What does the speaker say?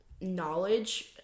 knowledge